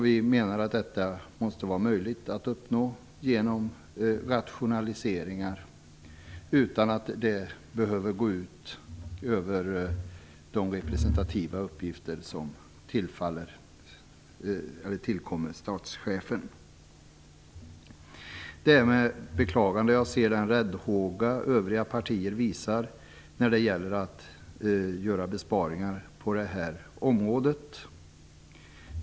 Vi menar att detta måste vara möjligt att uppnå genom rationaliseringar utan att det behöver gå ut över de representativa uppgifter som tillkommer statschefen. Det är med beklagande jag ser den räddhåga övriga partier visar när det gäller att göra besparingar på detta område.